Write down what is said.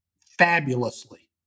fabulously